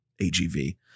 AGV